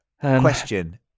Question